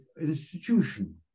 institution